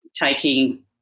taking